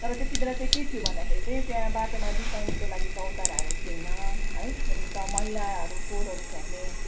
तर त्यतिबेला चाहिँ के थियो भन्दाखेरि चाहिँ त्यहाँ बाटोमा बिसाउनेको लागि चौताराहरू थिएन है त्यहाँदेखिन् मैलाहरू फोहोरहरू फ्याँक्ने